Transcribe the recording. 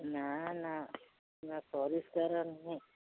ନାଁ ନାଁ ନା ପରିଷ୍କାର ନାହିଁ